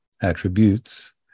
attributes